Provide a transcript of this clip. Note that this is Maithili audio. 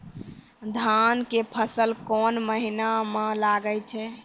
धान के फसल कोन महिना म लागे छै?